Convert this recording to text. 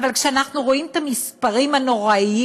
אבל כשאנחנו רואים את המספרים הנוראיים,